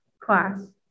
class